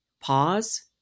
Pause